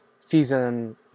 season